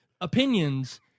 opinions